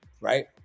right